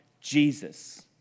Jesus